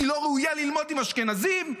היא לא ראויה ללמוד עם אשכנזים?